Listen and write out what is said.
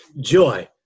joy